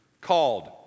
called